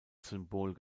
symbol